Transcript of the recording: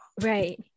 Right